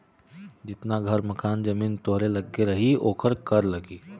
जितना घर मकान जमीन तोहरे लग्गे रही ओकर कर लगी